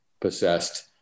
possessed